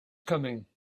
coming